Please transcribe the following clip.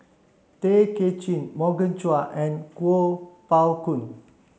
Tay Kay Chin Morgan Chua and Kuo Pao Kun